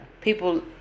people